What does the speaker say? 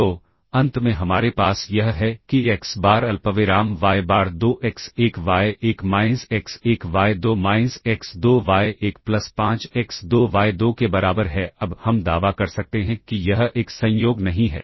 तो अंत में हमारे पास यह है कि एक्स बार अल्पविराम y bar 2 x 1 y 1 minus x 1 y 2 minus x 2 y 1 plus 5 x 2 y 2 के बराबर है अब हम दावा कर सकते हैं कि यह एक संयोग नहीं है